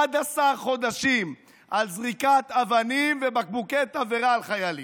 11 חודשים על זריקת אבנים ובקבוקי תבערה על חיילים.